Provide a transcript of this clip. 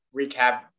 recap